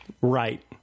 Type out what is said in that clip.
right